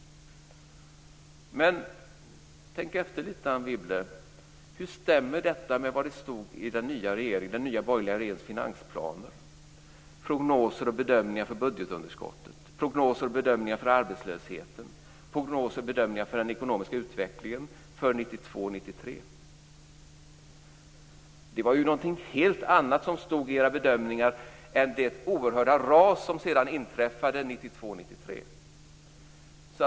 Men tänk efter litet, Anne Wibble! Hur stämmer detta med det som stod i den nya borgerliga regeringens finansplaner och prognoser för och bedömningar av budgetunderskottet, arbetslösheten och den ekonomiska utvecklingen för 1992-1993? Det var något helt annat som stod i dessa bedömningar än det oerhörda ras som sedan inträffade 1992-1993.